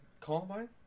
Combine